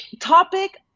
topic